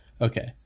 Okay